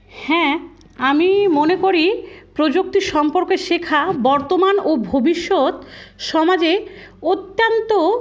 হ্যাঁ আমি মনে করি প্রযুক্তি সম্পর্কে শেখা বর্তমান ও ভবিষ্যৎ সমাজে অত্যন্ত